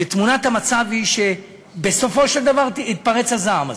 ותמונת המצב היא שבסופו של דבר יתפרץ הזעם הזה.